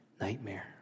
nightmare